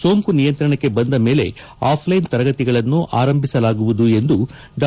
ಸೋಂಕು ನಿಯಂತ್ರಣಕ್ಕೆ ಬಂದ ಮೇಲೆ ಆಫ್ ಲೈನ್ ತರಗತಿಗಳನ್ನು ಪ್ರಾರಂಭಿಸಲಾಗುವುದು ಎಂದು ಡಾ